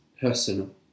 personal